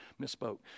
misspoke